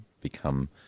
become